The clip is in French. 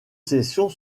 sessions